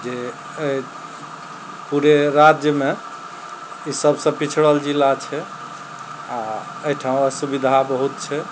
जे पूरे राज्यमे ई सबसँ पिछड़ल जिला छै आओर अइठाम असुविधा बहुत छै